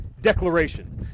declaration